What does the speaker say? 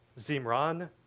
Zimran